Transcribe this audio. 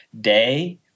day